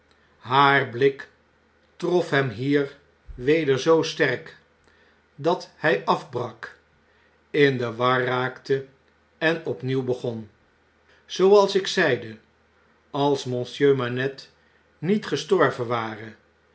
haar blik trof hem hier weder zoo sterk dat hij afbrak in de war raakte en opnieuw begon zooals ik zeide als monsieur manette niet gestorven ware